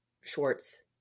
Schwartz